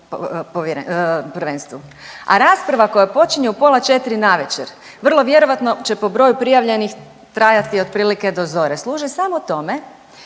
prvenstvu? A rasprava koja počinje u pola četri navečer vrlo vjerojatno će po broju prijavljenih trajati otprilike do zore, služi samo tome